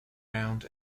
round